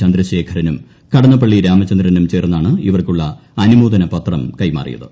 ചന്ദ്രശേഖരനും കടന്നപ്പള്ളി രാമചന്ദ്രനും ചേർന്നാണ് ഇവർക്കുള്ള അനുമോദന പത്രം കൈമാറിയത്